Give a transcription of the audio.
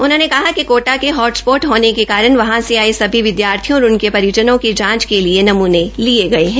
उन्होंने कहा कि कोटा के हॉट स्पॉट होने के कारण वहां से आए सभी विद्यार्थियों और उनके परिजनों के जांच के लिए नमूने लिए गए हैं